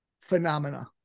phenomena